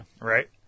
Right